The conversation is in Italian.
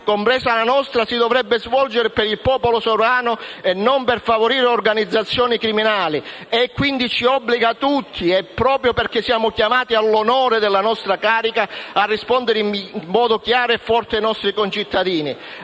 compresa la nostra, si dovrebbe svolgere per il popolo sovrano e non per favorire organizzazioni criminali e ci obbliga tutti quindi - proprio perché siamo chiamati all'onore della nostra carica - a rispondere in modo chiaro e forte ai nostri concittadini: